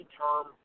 term